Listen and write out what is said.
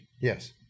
Yes